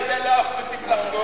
מי נותן לאחמד טיבי לחקור?